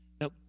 Now